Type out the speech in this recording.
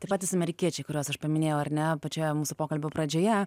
tie patys amerikiečiai kuriuos aš paminėjau ar ne pačioje mūsų pokalbio pradžioje